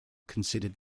considered